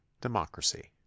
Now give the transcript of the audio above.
democracy